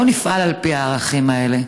בואו נפעל על פי הערכים האלה.